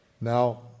Now